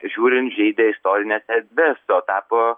žiūrint žeidė istorines erdves o tapo